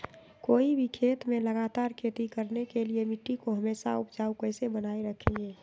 कोई भी खेत में लगातार खेती करने के लिए मिट्टी को हमेसा उपजाऊ कैसे बनाय रखेंगे?